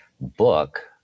book